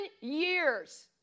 years